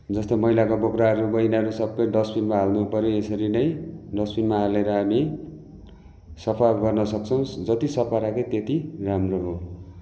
जस्तो मैलाको बोक्राहरू भयो यिनीहरू सबै डस्टबिनमा हाल्नु पर्यो यसरी नै डस्टबिनमा हालेर हामी सफा गर्न सक्छौँ जति सफा राख्यो त्यति राम्रो हो